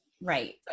Right